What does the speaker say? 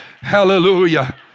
Hallelujah